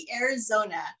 Arizona